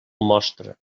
mostra